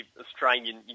Australian